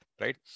right